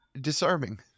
disarming